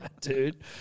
dude